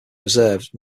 preserved